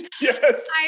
Yes